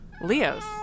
Leo's